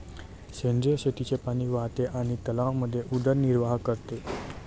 सेंद्रिय शेतीचे पाणी वाहते आणि तलावांमध्ये उदरनिर्वाह करते